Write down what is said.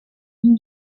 une